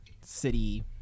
city